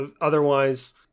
otherwise